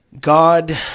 God